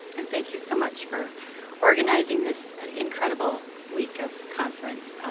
and thank you so much for organizing this incredible week of conference.